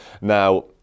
Now